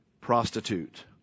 prostitute